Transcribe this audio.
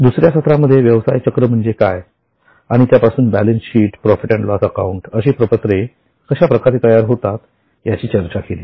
दुसऱ्या सत्रा मध्ये व्यवसाय चक्र म्हणजे काय आणि त्यापासून balance sheet profit and loss account अशी प्रपत्रे कश्या प्रकारे तयार होतात याची चर्चा केली